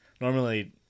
normally